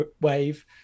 wave